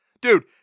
Dude